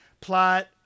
plot